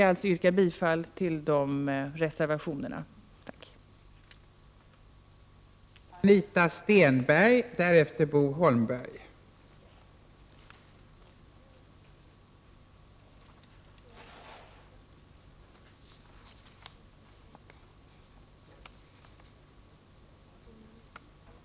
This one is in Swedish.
Jag yrkar bifall till de reservationer som jag nämnt.